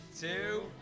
two